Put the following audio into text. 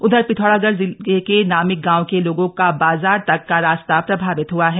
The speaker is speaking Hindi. उधर पिथौरागढ़ जिले के नामिक गांव के लोगों का बाजार तक का रास्ता प्रभावित हआ है